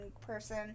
person